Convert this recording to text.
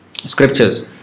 scriptures